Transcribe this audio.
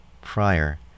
prior